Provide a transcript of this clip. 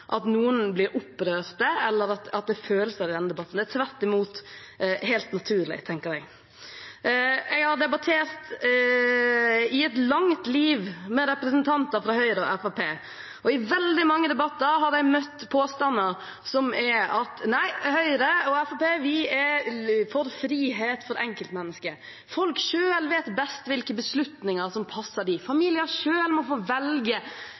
at noen blir opprørt, eller at det er følelser i denne debatten. Det er tvert imot helt naturlig, tenker jeg. Jeg har debattert i et langt liv med representanter fra Høyre og Fremskrittspartiet, og i veldig mange debatter har jeg møtt påstander som at Høyre og Fremskrittspartiet er for frihet for enkeltmennesket, at folk selv vet best hvilke beslutninger som passer dem, at familien selv skal få velge